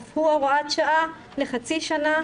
אף הוא הוראת שעה לחצי שנה,